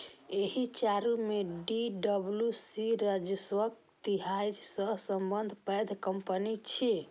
एहि चारू मे पी.डब्ल्यू.सी राजस्वक लिहाज सं सबसं पैघ कंपनी छै